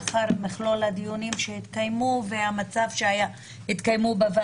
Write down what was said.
אלא בעיקר לשמור על זכותה של הנפגעת לחשוב האם להתלונן באיזשהו שלב,